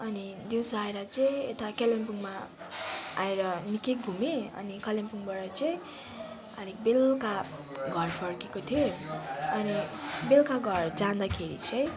अनि दिउँसो आएर चाहिँ यता कलिम्पोङमा आएर निकै घुमेँ अनि कालिम्पोङबाट चाहिँ अलिक बेलुका घर फर्केको थिएँ अनि बेलुका घर जाँदाखेरि चाहिँ